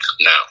now